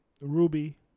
Ruby